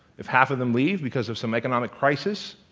if half of them leave because of some economic crisis,